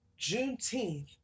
Juneteenth